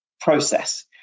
process